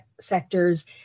sectors